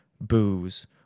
booze